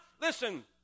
listen